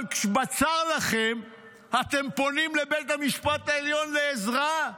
אבל בצר לכם אתם פונים לבית המשפט העליון לעזרה.